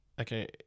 okay